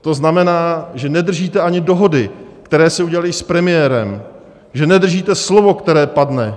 To znamená, že nedržíte ani dohody, které se udělaly s premiérem, že nedržíte slovo, které padne.